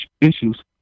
issues